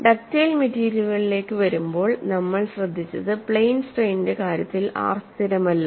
ductile മെറ്റീരിയലുകളിലേക്ക് വരുമ്പോൾ നമ്മൾ ശ്രദ്ധിച്ചത്പ്ലെയ്ൻ സ്ട്രെയ്നിന്റെ കാര്യത്തിൽ R സ്ഥിരമല്ല